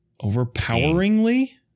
overpoweringly